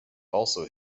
also